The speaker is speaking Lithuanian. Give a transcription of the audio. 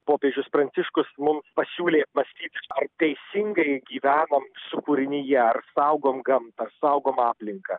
popiežius pranciškus mums pasiūlė apmąstyt ar teisingai gyvenam su kūrinija ar saugom gamtą saugom aplinką